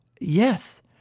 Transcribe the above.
yes